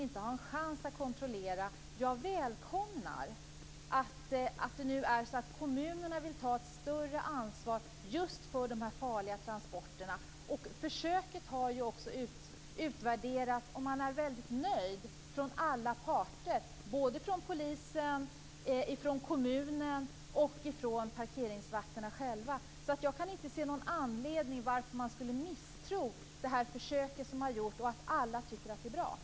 Jag vill härmed yrka bifall till den.